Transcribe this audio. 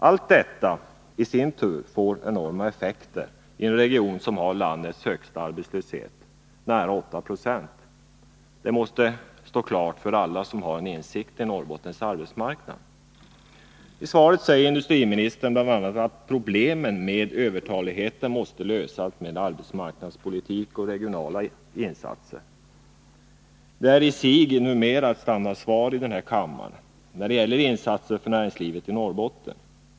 Att detta i sin tur får enorma effekter i en region som har landets högsta arbetslöshet, nästan 8 20, måste stå helt klart för alla som har en insikt om Norrbottens arbetsmarknad. I svaret säger industriministern bl.a. att problemen med övertaligheten måste lösas med arbetsmarknadspolitik och regionalpolitiska insatser. Det är numera i sig ett standardsvar här i kammaren när det gäller insatser för näringslivet i Norrbotten.